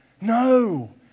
No